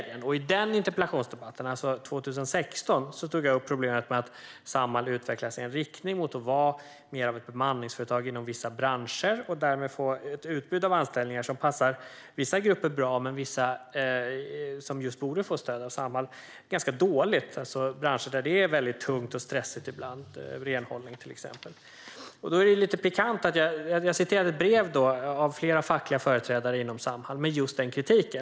I denna interpellationsdebatt 2016 tog jag upp problemet med att Samhall har utvecklats i en riktning mot att vara mer av ett bemanningsföretag inom vissa branscher och därmed få ett utbud av anställningar som passar vissa grupper bra men som passar vissa grupper, som borde få stöd av Samhall, ganska dåligt. Det är alltså branscher där det är mycket tungt och stressigt ibland, till exempel renhållning. Det är lite pikant att jag läste upp ett brev från flera fackliga företrädare inom Samhall med just denna kritik.